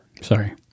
Sorry